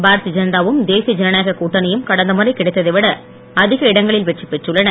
பாரதிய ஜனதாவும் தேசிய ஜனநாய கூட்டணியும் கடந்த முறை கிடைத்ததைவிட அதிக இடங்களில் வெற்றி பெற்றுள்ளன